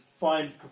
find